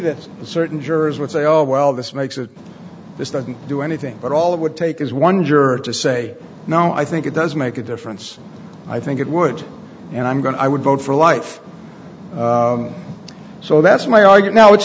that's certain jurors would say oh well this makes it this doesn't do anything but all it would take is one juror to say no i think it does make a difference i think it would and i'm going to i would vote for life so that's my argued now it's